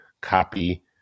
copy